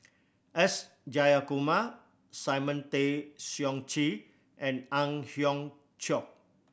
S Jayakumar Simon Tay Seong Chee and Ang Hiong Chiok